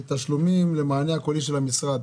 תשלומים למענה הקולי של המשרד.